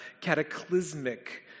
cataclysmic